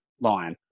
line